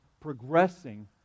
progressing